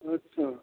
अच्छा